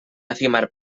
efímer